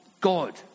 God